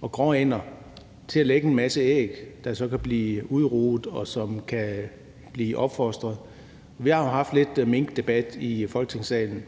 og gråænder til at lægge en masse æg, der så kan blive udruget, og hvor ungerne kan blive opfostret. Vi har jo haft lidt minkdebat i Folketingssalen,